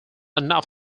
enough